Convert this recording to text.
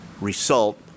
result